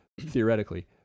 theoretically